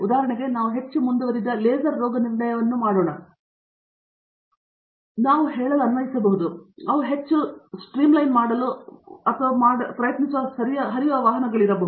ಉದಾಹರಣೆಗೆ ನಾವು ಹೆಚ್ಚು ಮುಂದುವರಿದ ಲೇಸರ್ ರೋಗನಿರ್ಣಯವನ್ನು ಮಾಡೋಣ ಅದನ್ನು ನಾವು ಹೇಳಲು ಅನ್ವಯಿಸಬಹುದು ಅವುಗಳು ಹೆಚ್ಚು ಸ್ಟ್ರೀಮ್ಲೈನ್ ಮಾಡಲು ಮತ್ತು ಹೀಗೆ ಮಾಡುವುದಕ್ಕೆ ಪ್ರಯತ್ನಿಸುವ ಹರಿಯುವ ವಾಹನಗಳಿವೆ